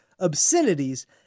obscenities